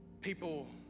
people